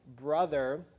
brother